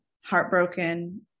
heartbroken